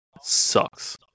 sucks